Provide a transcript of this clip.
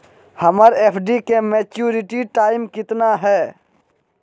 हमर एफ.डी के maturity time कितना है?